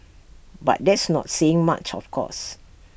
but that's not saying much of course